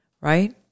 Right